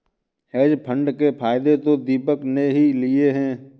hedge fund के फायदे तो दीपक ने ही लिए है